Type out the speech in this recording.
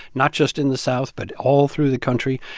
not just in the south but all through the country.